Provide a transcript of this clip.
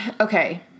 Okay